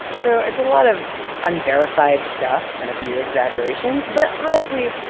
so it's a lot of unverified stuff and a few exaggerations, but, honestly,